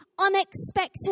unexpected